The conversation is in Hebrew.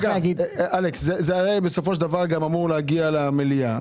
אלכס, זה אמור להגיע גם למליאה.